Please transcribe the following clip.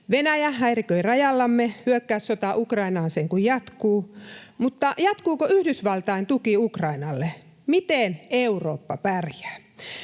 Venäjä häiriköi rajallamme, hyökkäyssota Ukrainaan sen kun jatkuu, mutta jatkuuko Yhdysvaltain tuki Ukrainalle? Miten Eurooppa pärjää?